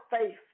faith